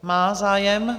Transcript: Má zájem.